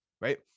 right